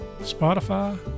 Spotify